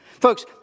Folks